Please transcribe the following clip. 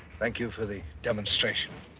thank you for the demonstration.